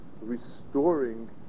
restoring